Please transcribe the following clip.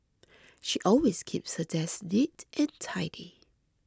she always keeps her desk neat and tidy